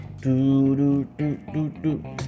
Do-do-do-do-do